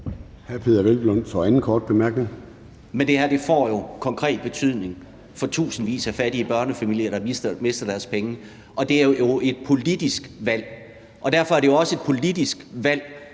Men det her får jo konkret betydning for tusindvis af fattige børnefamilier, der mister deres penge, og det er et politisk valg. Derfor er det jo også et politisk valg,